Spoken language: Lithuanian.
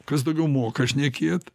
kas daugiau moka šnekėt